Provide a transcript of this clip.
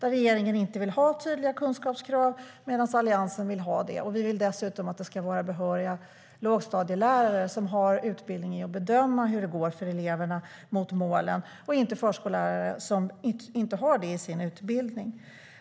Regeringen vill inte ha tydliga kunskapskrav, medan Alliansen vill ha det. Vi vill dessutom att det ska vara behöriga lågstadielärare som har utbildning i att bedöma hur det går för eleverna mot målen och inte förskollärare som inte har detta i sin utbildning.